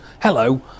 Hello